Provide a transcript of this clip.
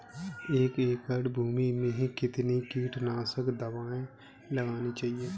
एक एकड़ भूमि में कितनी कीटनाशक दबाई लगानी चाहिए?